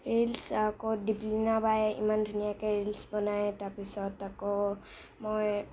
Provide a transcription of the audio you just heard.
reels আকৌ দিপলিনা বাই ইমান ধুনীয়াকৈ ৰিলচ বনাই তাৰপিছত আকৌ মই